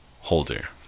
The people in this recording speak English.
holder